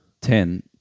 Ten